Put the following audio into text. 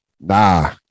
Nah